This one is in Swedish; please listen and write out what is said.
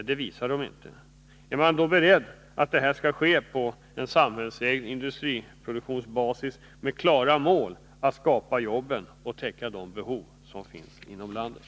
Är regeringen beredd att se till att en sådan samhällsägd industriproduktion får den klara målsättningen att skapa jobb och täcka de behov som finns inom landet?